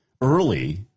early